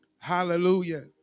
Hallelujah